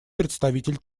представитель